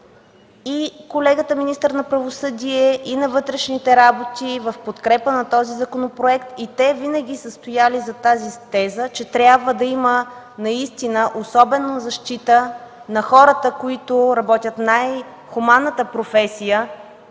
и колегата министър на правосъдието, и на вътрешните работи, в подкрепа на този законопроект. И те винаги са стояли зад тезата, че трябва да има наистина особена защита над хората, които работят най хуманната професия